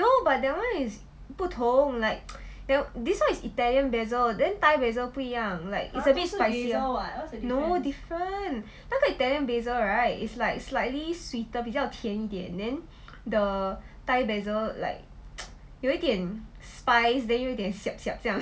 no but that one is 不同 like this one is italian basil then thai basil 不一样 like it's a bit spicier no different 那个 italian basil right is like slightly sweeter 比较甜点 then the thai basil like 有一点 spice 有一点 siap siap 这样